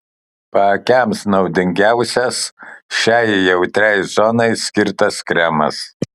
paakiams naudingiausias šiai jautriai zonai skirtas kremas